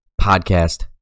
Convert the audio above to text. podcast